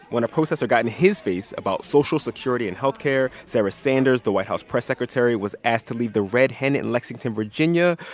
when a protester got in his face about social security and health care. sarah sanders, the white house press secretary, was asked to leave the red hen in lexington, va. and